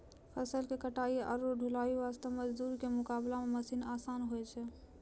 फसल के कटाई आरो ढुलाई वास्त मजदूर के मुकाबला मॅ मशीन आसान होय छै